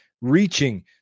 reaching